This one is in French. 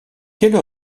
quelle